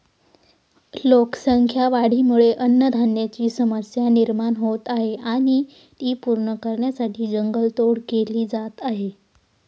लोकसंख्या वाढीमुळे अन्नधान्याची समस्या निर्माण होत आहे आणि ती पूर्ण करण्यासाठी जंगल तोड केली जात आहे